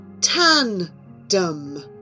Tandem